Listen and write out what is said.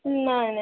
ନାଇ ନାଇ